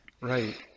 Right